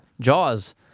Jaws